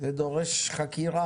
זה דורש חקירה,